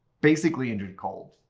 basically indrid cold.